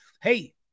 Hey